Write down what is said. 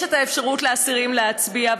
לאסירים יש האפשרות להצביע,